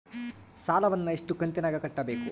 ಸಾಲವನ್ನ ಎಷ್ಟು ಕಂತಿನಾಗ ಕಟ್ಟಬೇಕು?